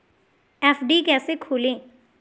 FD कैसे खोलें?